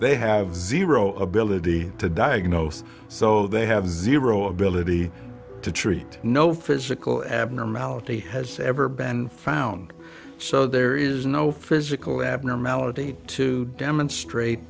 they have zero ability to diagnose so they have zero ability to treat no physical abnormality has ever been found so there is no physical abnormality to demonstrate